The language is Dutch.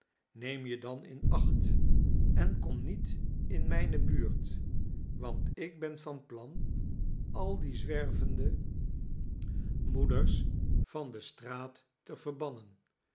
neem je dan in acht en kom niet in mijne buurt want ik ben van plan al die zwervende moeders van de straat te verbannen